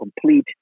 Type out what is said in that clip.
complete